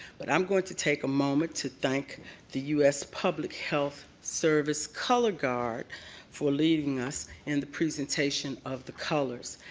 but i'm going to take a moment to thank the u s. public health service color guard for leading us in the presentation of the colors.